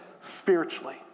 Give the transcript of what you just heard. Spiritually